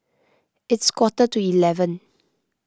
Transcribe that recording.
its quarter to eleven